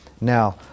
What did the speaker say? Now